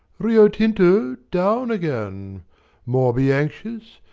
rio tinto down again moreby anxious,